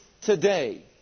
today